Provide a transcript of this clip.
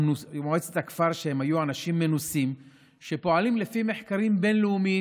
שהם היו אנשים מנוסים שפועלים לפי מחקרים בין-לאומיים.